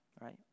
right